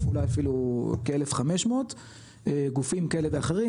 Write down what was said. אולי אפילו כ-1,500 גופים כאלה ואחרים,